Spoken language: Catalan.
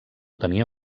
tenia